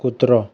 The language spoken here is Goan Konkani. कुत्रो